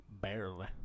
Barely